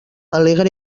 alegre